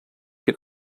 can